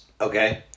Okay